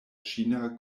ĉina